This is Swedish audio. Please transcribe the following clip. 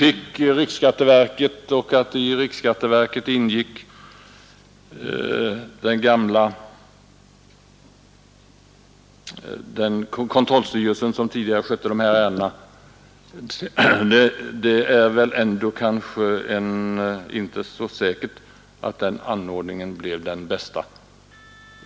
I det nya riksskatteverket ingick den gamla kontrollstyrelsen, som tidigare skötte dessa ärenden, men det är väl ändå inte så säkert att den anordningen blev den bästa.